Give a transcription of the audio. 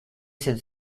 cette